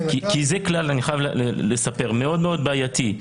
אני חייב לומר שזה כלל מאוד מאוד בעייתי.